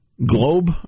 Globe